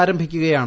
ആരംഭിക്കുകയാണ്